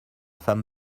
femme